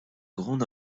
grande